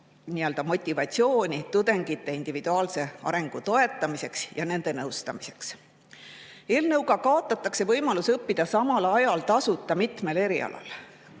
rohkem motivatsiooni tudengite individuaalse arengu toetamiseks ja nende nõustamiseks. Eelnõuga kaotatakse võimalus õppida samal ajal tasuta mitmel erialal.